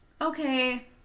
okay